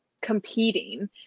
competing